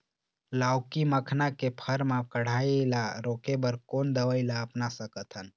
लाउकी मखना के फर मा कढ़ाई ला रोके बर कोन दवई ला अपना सकथन?